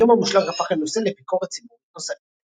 "היום המושלג" הפך לנושא לביקורת ציבורית נוספת.